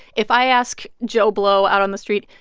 if i ask joe blow out on the street,